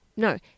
No